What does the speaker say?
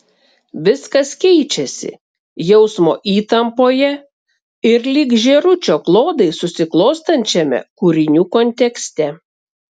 viskas keičiasi jausmo įtampoje ir lyg žėručio klodai susiklostančiame kūrinių kontekste